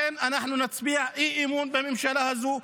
לכן אנחנו נצביע על אי-אמון בממשלה הזו.